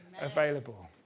available